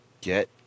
get